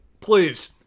Please